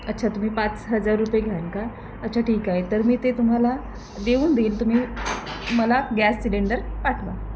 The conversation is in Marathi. अच्छा तुम्ही पाच हजार रुपये घ्यान का अच्छा ठीक आहे तर मी ते तुम्हाला देऊन देईन तुम्ही मला गॅस सिलेंडर पाठवा